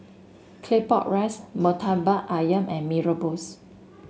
Claypot Rice murtabak ayam and Mee Rebus